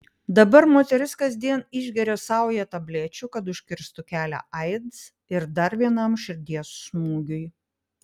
dabar moteris kasdien išgeria saują tablečių kad užkirstų kelią aids ir dar vienam širdies smūgiui